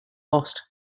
lost